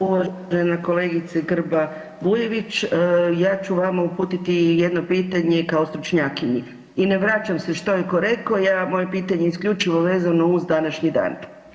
Uvažena kolegice Grba Bujević ja ću vama uputiti jedno pitanje kao stručnjakinji i ne vraćam se što je tko rekao, moje pitanje je isključivo vezano uz današnji dan.